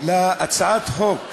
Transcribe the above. להצעת החוק שהצעתי.